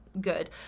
good